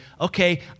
okay